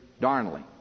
Darnley